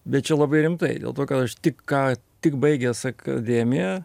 bet čia labai rimtai dėl to kad aš tik ką tik baigęs akademiją